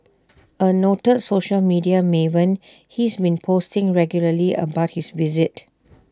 A noted social media maven he's been posting regularly about his visit